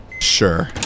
Sure